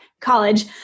college